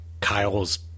Kyle's